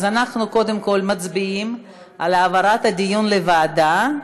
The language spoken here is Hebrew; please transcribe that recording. אז אנחנו קודם כול מצביעים על העברת הדיון לוועדה.